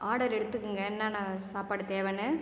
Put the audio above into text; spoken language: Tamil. ஆர்டர் எடுத்துக்குங்க என்னான்ன சாப்பாடு தேவைன்னு